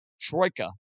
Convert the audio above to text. Troika